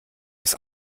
des